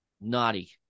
naughty